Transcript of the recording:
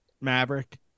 Maverick